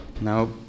Now